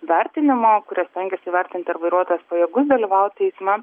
vertinimu kurie stengiasi įvertinti ar vairuotojas pajėgus dalyvauti eisme